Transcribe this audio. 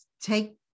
take